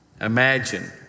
Imagine